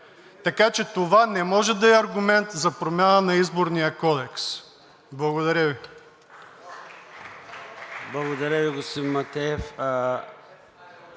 така че това не може да е аргумент за промяна на Изборния кодекс. Благодаря Ви.